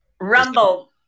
Rumble